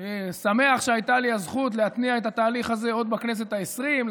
אני שמח שהייתה לי הזכות להתניע את התהליך הזה עוד בכנסת העשרים,